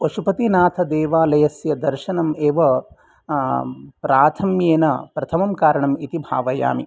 पशुपतिनाथदेवालयस्य दर्शनम् एव प्राथम्येन प्रथमं कारणम् इति भावयामि